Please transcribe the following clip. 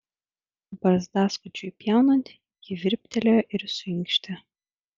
barzdaskučiui pjaunant ji virptelėjo ir suinkštė